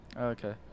Okay